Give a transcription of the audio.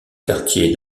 quartier